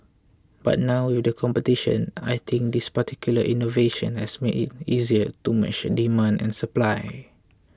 but now with this competition I think this particular innovation has made it easier to match demand and supply